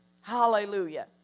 Hallelujah